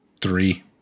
three